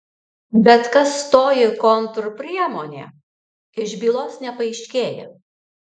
bet kas toji kontrpriemonė iš bylos nepaaiškėja